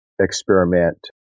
experiment